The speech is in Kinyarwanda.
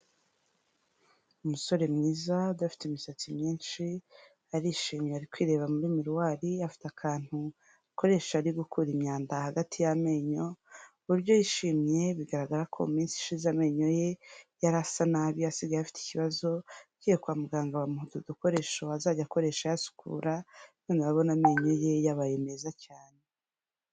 Umusore mwiza udafite imisatsi myinshi arishimye ari kwireba muri miruwari, afite akantu akoresha ari gukura imyanda hagati y'amenyo, uburyo yishimye bigaragara ko mu minsi ishize amenyo ye yari asa nabi asigaye afite ikibazo, agiye kwa muganga bamuha u dukoresho azajya akoresha ayasukura noneho bona amenyo ye yabaye meza cyane.